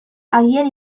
agian